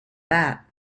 that